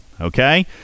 okay